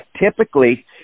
typically